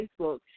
Facebook